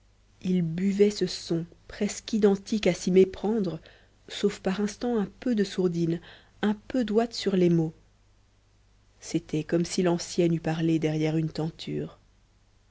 il buvait ce son presque identique à s'y méprendre sauf par instant un peu de sourdine un peu d'ouate sur les mots c'était comme si l'ancienne eût parlé derrière une tenture